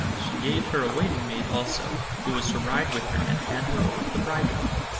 she gave her a waiting-maid also, who was to ride with her and hand her over to the bridegroom,